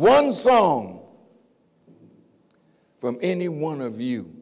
one song from any one of you